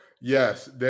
Yes